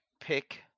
pick